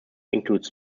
includes